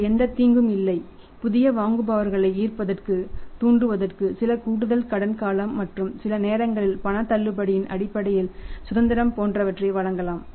அதில் எந்தத் தீங்கும் இல்லை புதிய வாங்குபவர்களை ஈர்ப்பதற்கு தூண்டுவதற்கு சில கூடுதல் கடன் காலம் மற்றும் சிலநேரங்களில் பண தள்ளுபடியின் அடிப்படையில் சுதந்திரம் போன்றவற்றை வழங்கலாம்